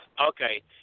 Okay